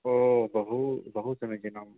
बहु बहु समीचीनम्